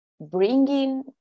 bringing